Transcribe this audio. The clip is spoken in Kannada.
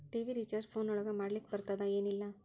ಟಿ.ವಿ ರಿಚಾರ್ಜ್ ಫೋನ್ ಒಳಗ ಮಾಡ್ಲಿಕ್ ಬರ್ತಾದ ಏನ್ ಇಲ್ಲ?